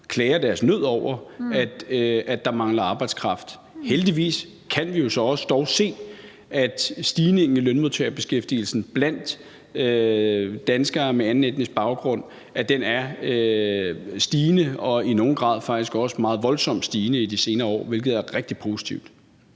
klager deres nød over, at der mangler arbejdskraft. Heldigvis kan vi jo dog også se, at stigningen i lønmodtagerbeskæftigelsen blandt danskere med anden etnisk baggrund er stigende og i nogle tilfælde faktisk også meget voldsomt stigende i de senere år, hvilket er rigtig positivt.